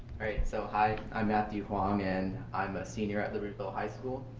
so hi, i'm matthew wong and i'm a senior at libertyville high school.